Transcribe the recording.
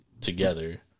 together